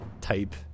type